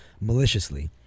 maliciously